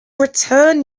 return